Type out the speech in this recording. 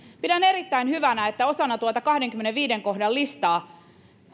pidän erittäin hyvänä että osana tuota kahdennenkymmenennenviidennen kohdan listaa